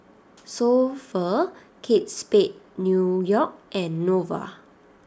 So Pho Kate Spade New York and Nova